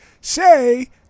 Say